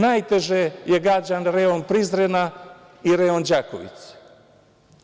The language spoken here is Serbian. Najteže je gađan rejon Prizrena i rejon Đakovice.